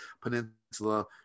peninsula